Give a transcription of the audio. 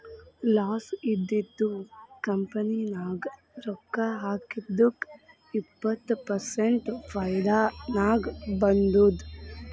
loss ಇದ್ದಿದು company ನಾಗ್ ರೊಕ್ಕಾ ಹಾಕಿದ್ದುಕ್ ಇಪ್ಪತ್ ಪರ್ಸೆಂಟ್ ಫೈದಾ ನಾಗ್ ಬಂದುದ್